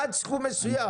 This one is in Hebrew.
עד סכום מסוים.